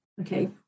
Okay